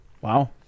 wow